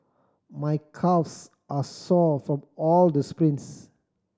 my calves are sore from all the sprints